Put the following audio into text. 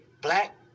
black